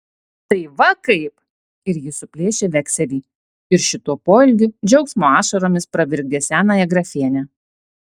tai va kaip ir jis suplėšė vekselį ir šituo poelgiu džiaugsmo ašaromis pravirkdė senąją grafienę